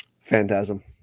Phantasm